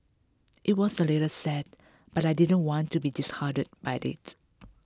it was a little sad but I didn't want to be disheartened by it